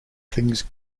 things